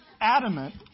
adamant